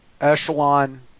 echelon